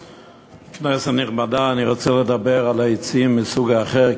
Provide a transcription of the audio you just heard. כנסת נכבדה, אני רוצה לדבר על עצים מסוג אחר.